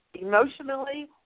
emotionally